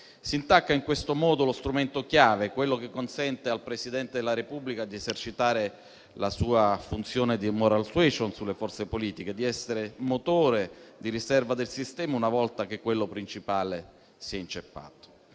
Si intacca in questo modo lo strumento chiave, quello che consente al Presidente della Repubblica di esercitare la sua funzione di *moral suasion* sulle forze politiche, di essere motore di riserva del sistema, una volta che quello principale si è inceppato.